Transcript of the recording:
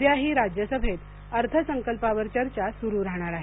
उद्याही राज्यसभेत अर्थ संकल्पावर चर्चा सुरू राहणार आहे